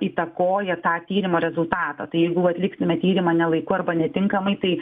įtakoja tą tyrimo rezultatą tai jeigu atliksime tyrimą ne laiku arba netinkamai tai